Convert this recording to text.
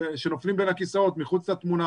שנופלים בין הכיסאות, מחוץ לתמונה.